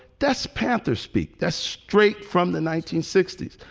that's panther speak, that's straight from the nineteen sixty s.